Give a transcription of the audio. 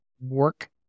work